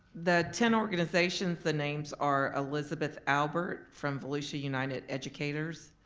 the ten organizations the names are elizabeth albert from volusia united educators,